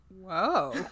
Whoa